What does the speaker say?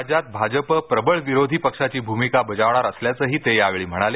राज्यात भाजप प्रबळ विरोधी पक्षाची भूमिका बजावणार असल्याचंही ते यावेळी म्हणाले